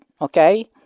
okay